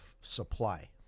supply